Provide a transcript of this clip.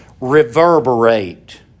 reverberate